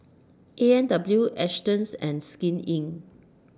A and W Astons and Skin Inc